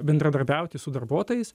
bendradarbiauti su darbuotojais